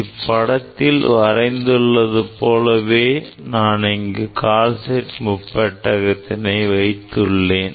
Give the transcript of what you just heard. இப்படத்தில் வரைந்து உள்ளது போலவே நான் கால்சைட் முப்பெட்டகத்தினை வைத்துள்ளேன்